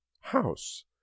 house